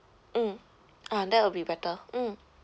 mm ah that will be better mm